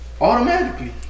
automatically